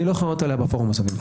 לא יכול להשיב בפורום הזה.